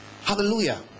Hallelujah